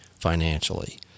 financially